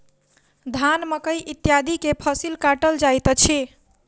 धान, मकई इत्यादि के फसिल काटल जाइत अछि